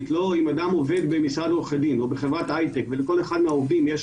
אדם עובד במשרד עורכי דין או בחברת היי-טק ולכל אחד מהעובדים יש